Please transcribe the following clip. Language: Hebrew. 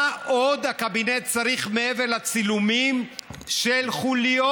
מה עוד הקבינט צריך מעבר לצילומים של חוליות,